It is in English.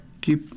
keep